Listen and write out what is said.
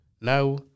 Now